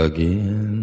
Again